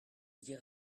dit